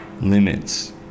limits